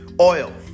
Oil